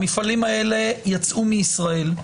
המפעלים האלה יצאו מישראל,